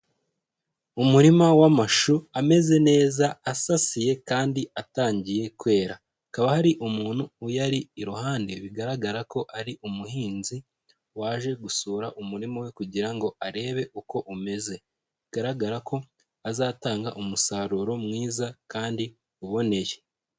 Umurima w'amashu ameze neza asasiye kandi atangiye kwera. Hakaba hari umuntu uyari iruhande bigaragara ko ari umuhinzi waje gusura umurima we kugira ngo arebe uko umeze. Bigaragara ko azatanga umusaruro mwiza kandi uboneye.